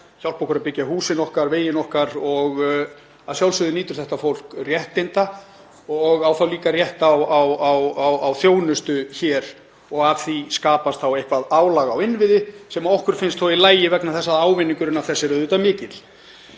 hjálpa okkur að byggja húsin okkar, vegina okkar og að sjálfsögðu nýtur þetta fólk réttinda og á þá líka rétt á þjónustu hér. Af því skapast eitthvert álag á innviði sem okkur finnst þó í lagi vegna þess að ávinningurinn af þessu er auðvitað mikill.